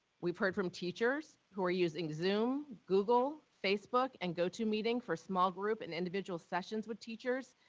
we've heard from teachers who are using zoom, google, facebook, and gotomeeting for small group and individual sessions with teachers,